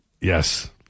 Yes